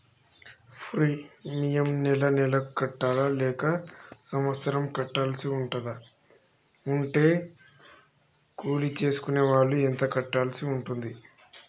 Premium నెల నెలకు కట్టాలా లేక సంవత్సరానికి కట్టాల్సి ఉంటదా? ఉంటే మా లాంటి కూలి చేసుకునే వాళ్లు ఎంత కట్టాల్సి ఉంటది?